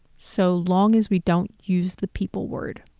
so long as we don't use the people word.